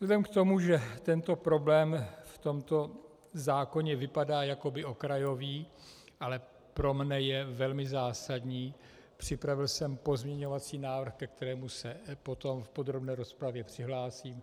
Vzhledem k tomu, že tento problém v tomto zákoně vypadá jakoby okrajový, ale pro mne je velmi zásadní, připravil jsem pozměňovací návrh, ke kterému se potom v podrobné rozpravě přihlásím.